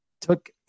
Took